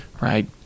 right